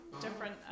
different